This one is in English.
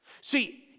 See